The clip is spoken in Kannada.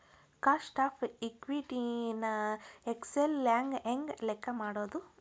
ಕಾಸ್ಟ್ ಆಫ್ ಇಕ್ವಿಟಿ ನ ಎಕ್ಸೆಲ್ ನ್ಯಾಗ ಹೆಂಗ್ ಲೆಕ್ಕಾ ಮಾಡೊದು?